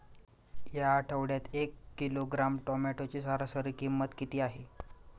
या आठवड्यात एक किलोग्रॅम टोमॅटोची सरासरी किंमत किती आहे?